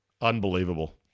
Unbelievable